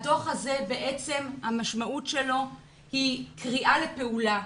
הדוח הזה, המשמעות שלו היא קריאה לפעולה.